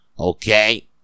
Okay